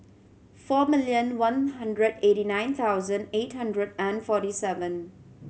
four millon one hundred eighty nine thousand eight hundred and forty seven